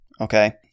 Okay